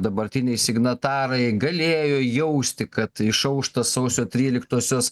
dabartiniai signatarai galėjo jausti kad išaušta sausio tryliktosios